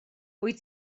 wyt